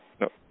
No